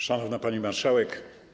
Szanowna Pani Marszałek!